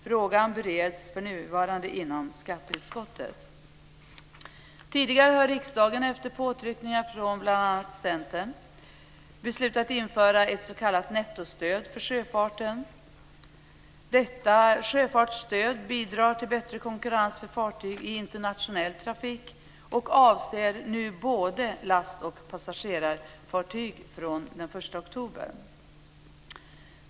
Frågan bereds för närvarande inom skatteutskottet. Tidigare har riksdagen efter påtryckningar från bl.a. Centerpartiet beslutat införa ett s.k. nettostöd för sjöfarten. Detta sjöfartsstöd bidrar till bättre konkurrens för fartyg i internationell trafik och avser nu både last och passagerarfartyg från den 1 oktober.